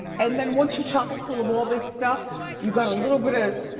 and then once you chock it full of all this stuff you got a little bit